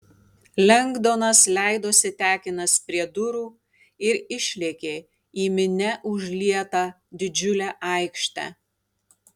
lengdonas leidosi tekinas prie durų ir išlėkė į minia užlietą didžiulę aikštę